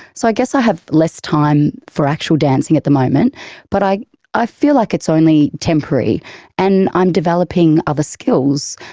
so i guess i have less time for actual dancing at the moment but i i feel like it's only temporary and i'm developing other skills.